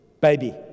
baby